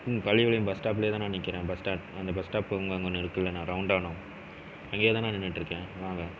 ம் பள்ளிப்பாளையம் பஸ் ஸ்டாப்லையே தான் நான் நிற்கிறேன் அந்த பஸ் ஸ்டாப் அந்த பஸ் ஸ்டாப்பில் அங்கே ஒன்று இருக்குல்லைண்ணா ரவுண்டானா அங்கையேதாண்ணா நான் நின்றுட்ருக்கேன் வாங்க